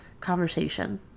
conversation